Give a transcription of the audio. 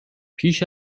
پیش